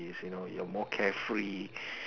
is you know you are more carefree